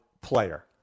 player